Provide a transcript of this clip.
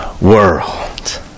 world